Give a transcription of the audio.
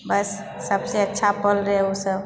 बस सबसँ अच्छा पल रहय उसब